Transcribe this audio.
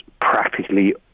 practically